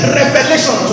revelation